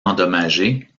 endommagé